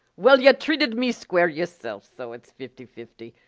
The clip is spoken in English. well, yuh treated me square, yuhself. so it's fifty-fifty.